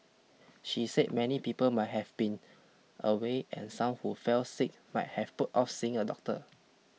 she said many people might have been away and some who fell sick might have put off seeing a doctor